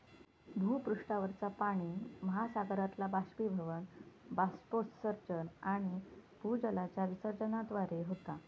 भूपृष्ठावरचा पाणि महासागरातला बाष्पीभवन, बाष्पोत्सर्जन आणि भूजलाच्या विसर्जनाद्वारे होता